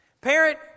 Parent